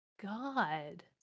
God